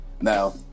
now